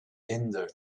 hinder